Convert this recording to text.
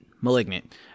Malignant